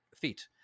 feet